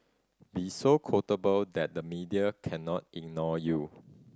be so quotable that the media cannot ignore you